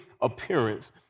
appearance